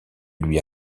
lui